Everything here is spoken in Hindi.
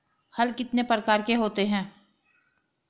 हल कितने प्रकार के होते हैं?